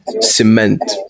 cement